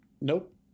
nope